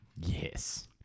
Yes